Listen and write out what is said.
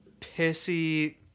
pissy